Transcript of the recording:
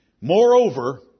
Moreover